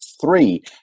three